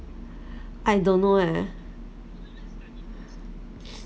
I don't know leh